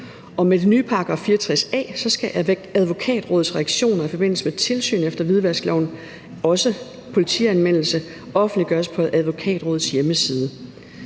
med den nye § 64 a skal Advokatrådets reaktioner i forbindelse med tilsyn efter hvidvaskloven, også politianmeldelse, offentliggøres på Advokatrådets hjemmeside.